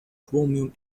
chromium